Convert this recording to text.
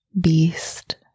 beast